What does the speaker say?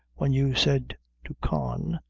when you said to con,